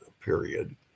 period